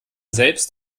selbst